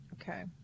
okay